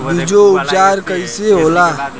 बीजो उपचार कईसे होला?